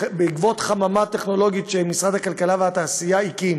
שבעקבות חממה טכנולוגית שמשרד הכלכלה והתעשייה הקים